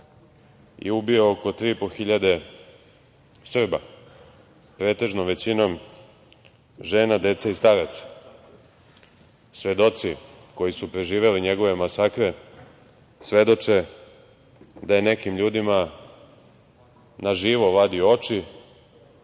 i ubio oko 3.500 Srba, pretežno, većinom žena, dece i staraca? Svedoci koji su preživeli njegove masakre svedoče da je nekim ljudima na živo vadio oči,